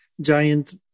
giant